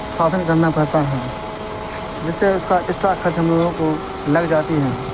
سادھن کرنا پڑتا ہے جس سے اس کا اسٹرا خرچ ہم لوگوں کو لگ جاتی ہے